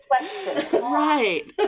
Right